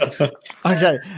Okay